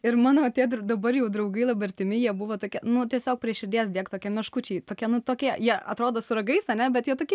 ir mano tie dabar jau draugai labai artimi jie buvo tokie nu tiesiog prie širdies dėk tokie meškučiai tokie nu tokie jie atrodo su ragais ane bet jie tokie